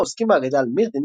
העוסקים באגדה על מירדין,